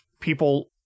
people